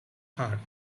heart